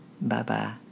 Bye-bye